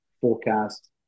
forecast